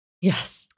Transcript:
Yes